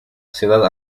ciudad